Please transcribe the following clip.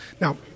Now